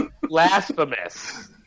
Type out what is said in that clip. blasphemous